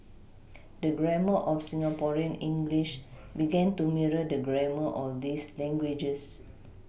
the grammar of Singaporean English began to mirror the grammar of these languages